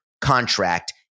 contract